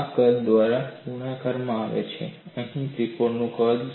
આ કદ દ્વારા ગુણાકાર કરવામાં આવે છે અને અહીં ત્રિકોણનું કદ છે